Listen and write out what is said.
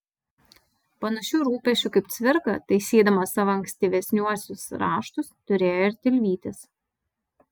panašių rūpesčių kaip cvirka taisydamas savo ankstyvesniuosius raštus turėjo ir tilvytis